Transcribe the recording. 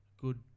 good